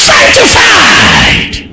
Sanctified